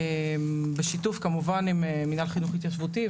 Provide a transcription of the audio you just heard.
בשיתוף כמובן עם מינהל חינוך התיישבותי,